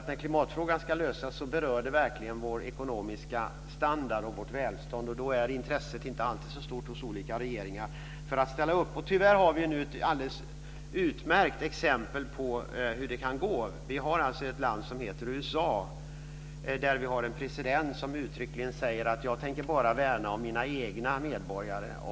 När klimatfrågan ska lösas berör det verkligen vår ekonomiska standard och vårt välstånd, och då är intresset inte alltid så stort hos olika regeringar att ställa upp. Tyvärr har vi nu ett alldeles utmärkt exempel på hur det kan gå. Vi har ett land som heter USA där vi har en president som uttryckligen säger: Jag tänker bara värna om mina egna medborgare.